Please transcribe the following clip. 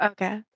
Okay